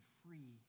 free